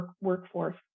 workforce